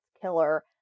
killer